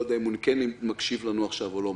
אני לא יודע אם הוא מקשיב לנו עכשיו או לא.